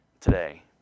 today